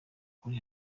kuri